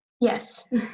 Yes